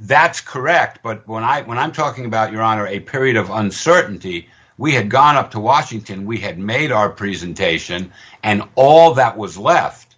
that's correct but when i when i'm talking about your honor a period of uncertainty we had gone up to washington we had made our presentation and all that was left